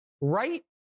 right